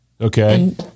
Okay